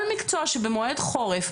כל מקצוע שבמועד חורף,